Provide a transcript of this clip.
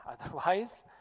Otherwise